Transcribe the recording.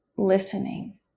listening